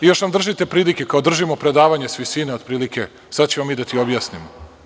Još nam držite pridike, kao držimo predavanje s visine, otprilike, sad ćemo mi da ti objasnimo.